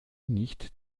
nicht